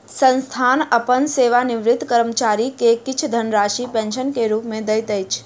संस्थान अपन सेवानिवृत कर्मचारी के किछ धनराशि पेंशन के रूप में दैत अछि